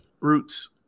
Roots